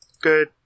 good